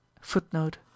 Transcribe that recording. footnote